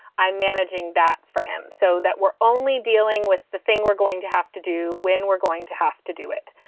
i'm managing that for him so that we're only dealing with the thing we're going to have to do when we're going to have to do it.